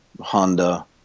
Honda